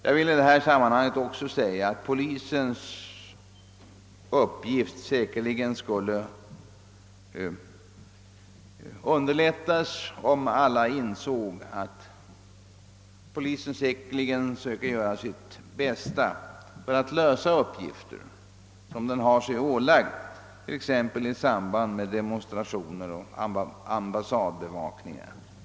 Jag vill i detta sammanhang också betona, att polisens arbete säkerligen skulle underlättas, om alla insåg att den utan tvivel söker göra sitt bästa för att klara uppgifter som den har sig ålagda, t.ex. i samband med de monstrationer och ambassadbevakningar.